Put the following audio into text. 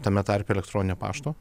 tame tarpe elektroninio pašto